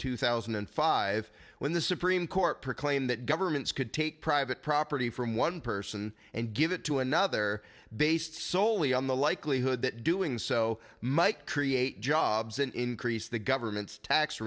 two thousand and five when the supreme court proclaimed that governments could take private property from one person and give it to another based soley on the likelihood that doing so might create jobs and increase the government's tax